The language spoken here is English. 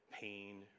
pain